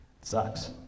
Sucks